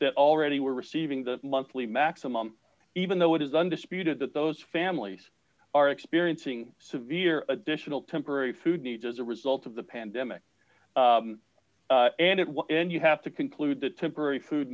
that already were receiving the monthly maximum even though it is undisputed that those families are experiencing severe additional temporary food needs as a result of the pandemic and it will and you have to conclude that temporary food